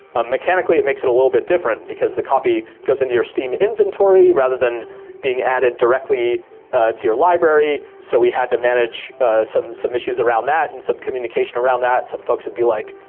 ah mechanically it makes it a little bit different because the copy goes into your steam inventory rather than being added directly to your library. so we had to manage some some issues around that, and some communication around that. some folks would be like,